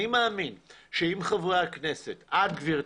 אני מאמין שאם חברי הכנסת, את, גברתי,